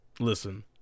Listen